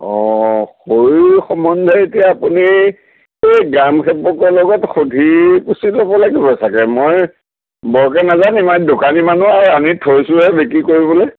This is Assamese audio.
অঁ সম্বন্ধে এতিয়া আপুনি এই গ্ৰামসেৱকৰ লগত সুধি পুছি ল'ব লাগিব ছাগে এতিয়া মই বৰকৈ নাজানিম এই দোকানী মানুহ আনি থৈছোহে বিক্ৰী কৰিবলৈ